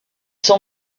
sont